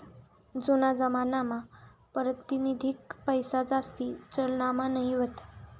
जूना जमानामा पारतिनिधिक पैसाजास्ती चलनमा नयी व्हता